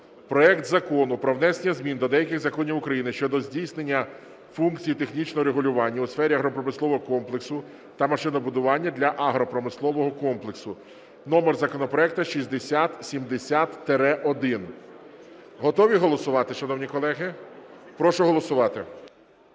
проект Закону про внесення змін до деяких законів України щодо здійснення функцій технічного регулювання у сфері агропромислового комплексу та машинобудування для агропромислового комплексу (номер законопроекту 6070-1). Готові голосувати, шановні колеги? Прошу голосувати.